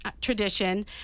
tradition